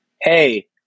hey